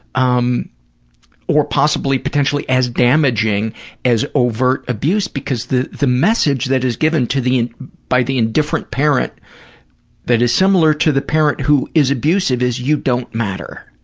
um or possibly, potentially as damaging as overt abuse, because the the message that is given to the and by the indifferent parent that is similar to the parent who is abusive is, you don't matter.